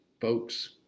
folks